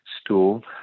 stool